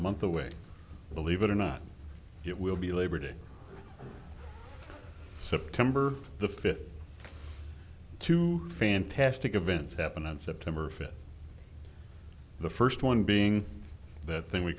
month away believe it or not it will be labor day september the fifth two fantastic events happened on september fifth the first one being that thing we